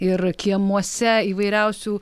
ir kiemuose įvairiausių